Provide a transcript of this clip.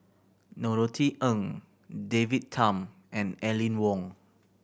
Norothy Ng David Tham and Aline Wong